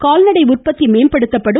கால்நடை உற்பத்தி மேம்படுத்தப்படும்